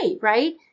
right